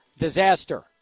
Disaster